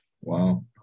Wow